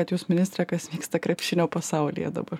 bet jūs ministre kas vyksta krepšinio pasaulyje dabar